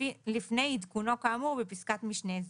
לפני עדכונו כאמור בפסקת משנה זו.